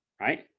right